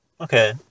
Okay